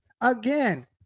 Again